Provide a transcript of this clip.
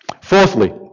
Fourthly